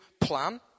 plan